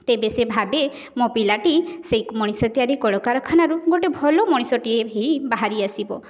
ତେବେ ସେ ଭାବେ ମୋ ପିଲାଟି ସେଇ ମଣିଷ ତିଆରି କଳ କାରଖାନାରୁ ଗୋଟେ ଭଲ ମଣିଷଟିଏ ହେଇ ବାହାରିଆସିବ